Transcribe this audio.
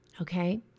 Okay